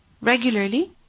regularly